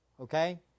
Okay